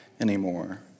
anymore